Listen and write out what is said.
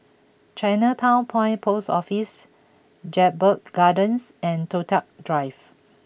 Chinatown Point Post Office Jedburgh Gardens and Toh Tuck Drive